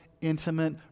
intimate